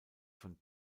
von